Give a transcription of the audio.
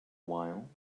while